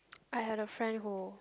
I have a friend who